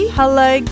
hello